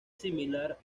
similar